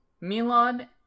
Milan